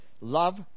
Love